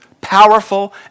Powerful